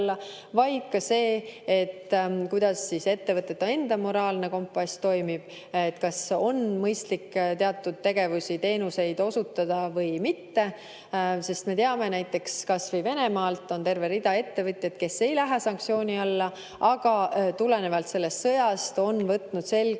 vaid ka see, kuidas ettevõtete enda moraalne kompass toimib, kas on mõistlik teatud tegevusi-teenuseid osutada või mitte. Me teame näiteks, et kas või Venemaal on terve rida ettevõtjaid, kes ei lähe sanktsiooni alla, aga tulenevalt sellest sõjast on nad võtnud selge